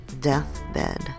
deathbed